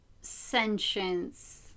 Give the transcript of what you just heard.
sentience